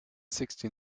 sixty